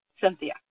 Cynthia